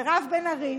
מירב בן ארי,